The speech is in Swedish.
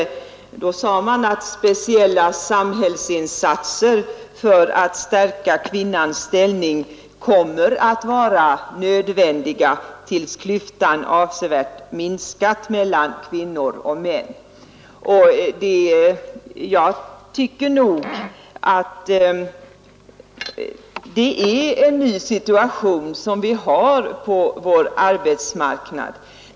Regeringen sade vid det tillfället att ”speciella samhällsinsatser för att stärka kvinnans ställning kommer att vara nödvändiga tills klyftan avsevärt minskat mellan kvinnor och män. ———” Vi har också en ny situation på arbetsmarknaden.